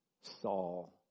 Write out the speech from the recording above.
Saul